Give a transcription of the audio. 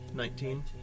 Nineteen